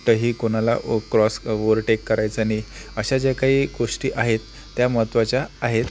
कुठेही कोणाला cross overtake करायचा नाही अशा ज्या काही गोष्टी आहेत त्या महत्त्वाच्या आहेत